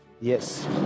yes